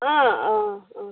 অঁ অঁ অঁ